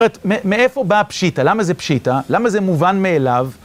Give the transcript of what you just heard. זאת אומרת, מאיפה באה פשיטא? למה זה פשיטא? למה זה מובן מאליו?